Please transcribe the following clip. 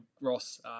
Ross